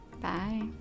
Bye